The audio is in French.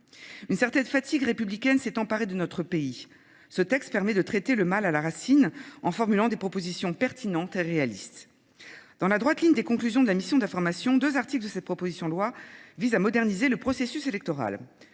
Une certaine fatigue républicaine s'est emparée de notre pays. Ce texte permet de traiter le mal à la racine en formulant des propositions pertinentes et réalistes. Dans la droite ligne des conclusions de la mission d'information, deux articles de cette proposition loi visent à moderniser le processus électoral.